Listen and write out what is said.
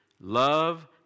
Love